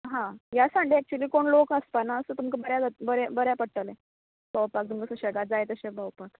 हां ह्या Sunday actually कोण लोक आशपाना सो तुका बऱ्या बऱ्या बऱ्याक पडटले भोंवपाक तुमकां सुशागाद जाय तशें भोंवपाक